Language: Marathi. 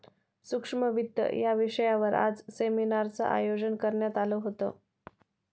सूक्ष्म वित्त या विषयावर आज सेमिनारचं आयोजन करण्यात आलं होतं